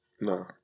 No